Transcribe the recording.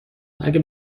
اگه